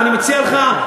ואני מציע לך,